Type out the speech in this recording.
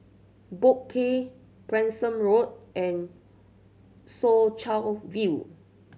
Boat Quay Branksome Road and Soo Chow View